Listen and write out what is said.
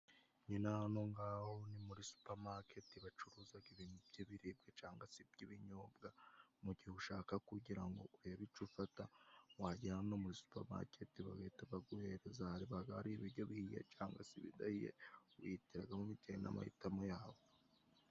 Nyina hano ngaho ni muri supamaketi bacuruzaga ibintu by'ibiribwa canga se iby'binyobwa mu gihe ushaka kugira ngo urebe icu ufata wajyera hano muri supamaketi bagahita baguhereza baga ari ibiryo bihiye canga se ibidahiye wihitiragamo bitewe n'amahitamo yabo.